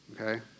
okay